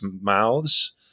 mouths